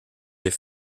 est